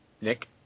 Nick